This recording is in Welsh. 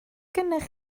gennych